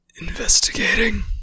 investigating